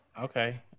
Okay